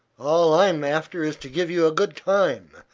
all i'm after is to give you a good time,